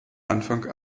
anfang